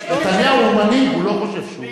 נתניהו הוא מנהיג, הוא לא חושב שהוא.